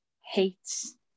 hates